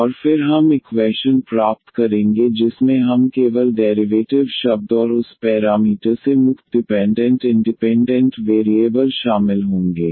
और फिर हम इक्वैशन प्राप्त करेंगे जिसमें हम केवल डेरिवेटिव शब्द और उस पैरामीटर से मुक्त डिपेंडेंट इंडिपेंडेंट वेरिएबल शामिल होंगे